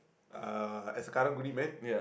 uh as a Karang-Guni man